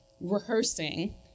rehearsing